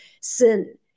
sin